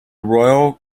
royal